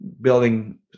building